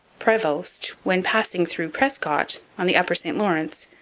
prevost, when passing through prescott, on the upper st lawrence,